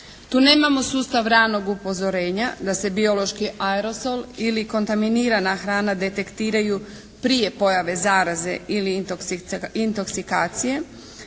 Tu nemamo sustav ranog upozorenja da se biološki aerosol ili kontaminirana hrana detektiraju prije pojave zaraze ili indoksikacije,